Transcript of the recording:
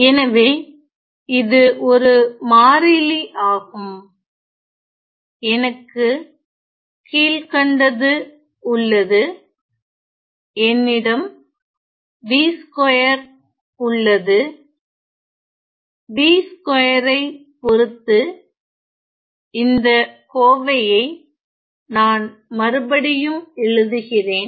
எனவே இது ஒரு மாறிலி ஆகும் எனக்கு கீழ்கண்டது உள்ளது என்னிடம் v2 உள்ளது v2 வை பொறுத்து இந்த கோவையை நான் மறுபடியும் எழுதுகிறேன்